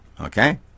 Okay